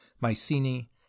mycenae